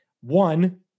One